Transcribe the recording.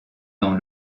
dans